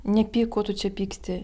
nepyk ko tu čia pyksti